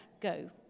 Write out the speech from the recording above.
go